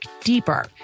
deeper